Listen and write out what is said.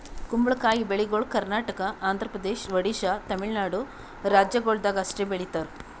ಕುಂಬಳಕಾಯಿ ಬೆಳಿಗೊಳ್ ಕರ್ನಾಟಕ, ಆಂಧ್ರ ಪ್ರದೇಶ, ಒಡಿಶಾ, ತಮಿಳುನಾಡು ರಾಜ್ಯಗೊಳ್ದಾಗ್ ಅಷ್ಟೆ ಬೆಳೀತಾರ್